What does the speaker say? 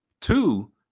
Two